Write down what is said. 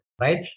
right